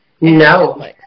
No